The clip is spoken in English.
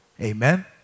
Amen